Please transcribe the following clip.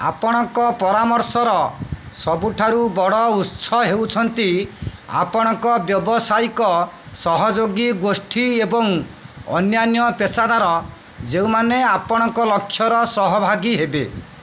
ଆପଣଙ୍କ ପରାମର୍ଶର ସବୁଠାରୁ ବଡ଼ ଉତ୍ସ ହେଉଛନ୍ତି ଆପଣଙ୍କ ବ୍ୟାବସାୟିକ ସହଯୋଗୀ ଗୋଷ୍ଠୀ ଏବଂ ଅନ୍ୟାନ୍ୟ ପେସାଦାର ଯେଉଁମାନେ ଆପଣଙ୍କ ଲକ୍ଷ୍ୟର ସହଭାଗୀ ହେବେ